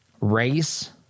Race